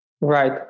Right